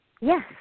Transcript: Yes